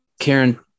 Karen